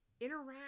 interact